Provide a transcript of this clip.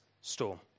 storm